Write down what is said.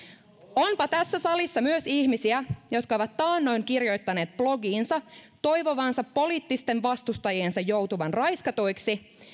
onpa tässä salissa myös ihmisiä jotka ovat taannoin kirjoittaneet blogiinsa toivovansa poliittisten vastustajiensa joutuvan raiskatuiksi